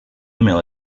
email